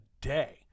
day